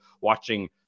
watching